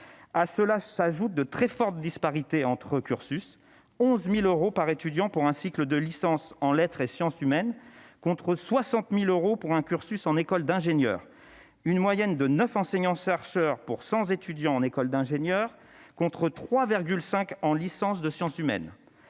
s'ajoutent de très fortes disparités entre cursus : 11 000 euros par étudiant pour un cycle de licence en lettres et sciences humaines, contre 60 000 euros pour un cursus en école d'ingénieurs ; une moyenne de 9 enseignants-chercheurs pour 100 étudiants en école d'ingénieurs, contre 3,5 en licence de sciences humaines.